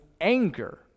anger